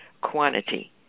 quantity